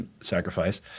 sacrifice